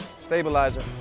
Stabilizer